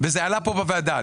זה עלה כאן בוועדה.